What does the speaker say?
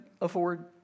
afford